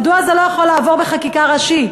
מדוע זה לא יכול לעבור בחקיקה ראשית?